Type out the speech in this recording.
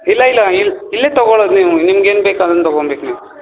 ಇಲ್ಲ ಇಲ್ಲ ಇಲ್ಲ ಇಲ್ಲೇ ತಗೋಳೋದು ನೀವೂ ನಿಮ್ಗೆ ಏನು ಬೇಕು ಅದನ್ನು ತಗೋಬೇಕು ನೀವು